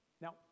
Now